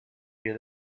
real